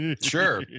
Sure